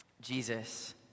Jesus